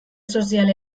sozial